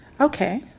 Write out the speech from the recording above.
Okay